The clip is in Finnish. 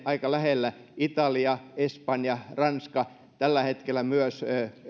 aika lähellä italia espanja ranska tällä hetkellä myös